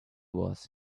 was